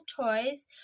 toys